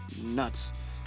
nuts